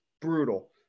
Brutal